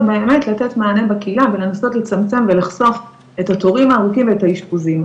לתת מענה בקהילה ולנסות לצמצם ולחסוך את התורים הארוכים ואת האשפוזים.